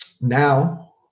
now